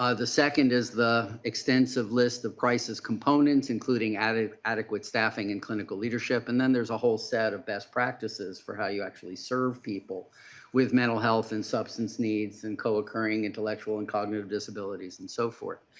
ah the second is the extensive list of crisis components including adequate adequate staffing and clinical leadership. and then there is a whole set of best practices for how you actually serve people with mental health and substance needs and co-occurring intellectual and cognitive disabilities and so forth.